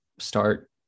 start